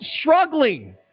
struggling